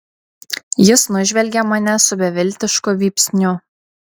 jis nužvelgė mane su beviltišku vypsniu